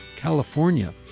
California